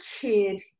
kid